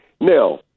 Now